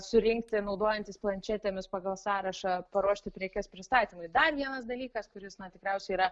surinkti naudojantis planšetėmis pagal sąrašą paruošti prekes pristatymui dar vienas dalykas kuris na tikriausiai yra